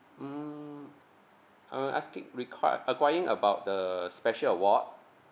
mm uh asking require enquiring about the special award